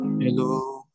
Hello